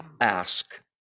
ask